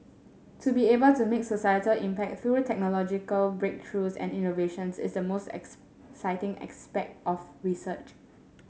to be able to make a societal impact through technological breakthroughs and innovations is the most ex citing aspect of research